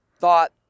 thought